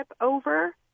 over